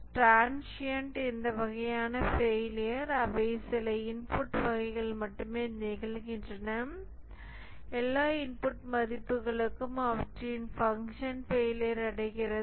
transient இந்த வகை failure அவை சில இன்புட் வகைகளில் மட்டுமே நிகழ்கின்றன எல்லா இன்புட் மதிப்புகளுக்கும் அவற்றின் ஃபங்ஷன் ஃபெயிலியர் அடைகிறது